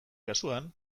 kasuan